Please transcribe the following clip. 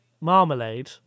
marmalade